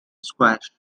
squash